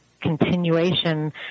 continuation